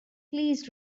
please